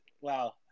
wow